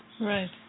Right